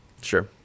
sure